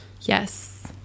Yes